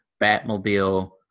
Batmobile